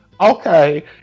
okay